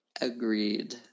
Agreed